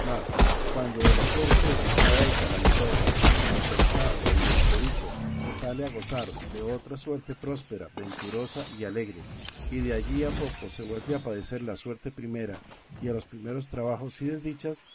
mas cuando de la suerte desdichada y calamitosa sin pensarlo y de improviso se sale a gozar de otra suerte próspera venturosa y alegre y de allí a poco se vuelve a padecer la suerte primera y a los primeros trabajos y desdichas